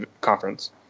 conference